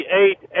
eight